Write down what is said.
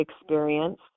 experience